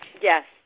Yes